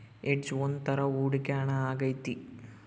hedge ಒಂದ್ ತರ ಹೂಡಿಕೆ ಹಣ ಆಗೈತಿ